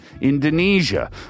Indonesia